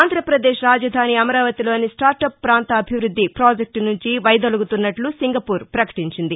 ఆంధ్రాపదేశ్ రాజధాని అమరావతిలోని స్టార్టప్ పాంత అభివృద్ది పాజెక్టు నుంచి వైదొలగుతున్నట్ల సింగపూర్ ప్రకటించింది